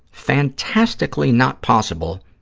fantastically not possible,